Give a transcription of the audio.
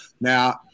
Now